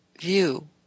view